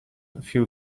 fill